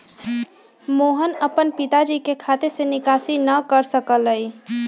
मोहन अपन पिताजी के खाते से निकासी न कर सक लय